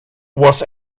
was